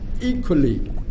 equally